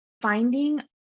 finding